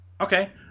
Okay